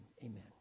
amen